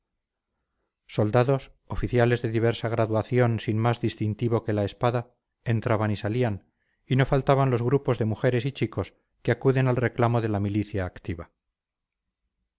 soldados oficiales de diversa graduación sin más distintivo que la espada entraban y salían y no faltaban los grupos de mujeres y chicos que acuden al reclamo de la milicia activa